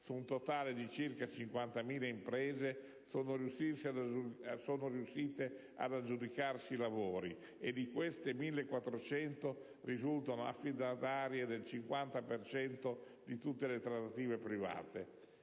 su un totale di circa di 50.000 imprese sono riuscite ad aggiudicarsi i lavori e di queste 1.400 risultano affidatarie del 50 per cento di tutte le trattative private.